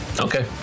Okay